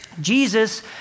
Jesus